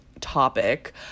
topic